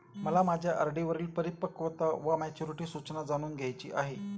मला माझ्या आर.डी वरील परिपक्वता वा मॅच्युरिटी सूचना जाणून घ्यायची आहे